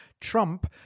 Trump